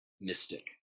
mystic